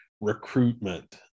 recruitment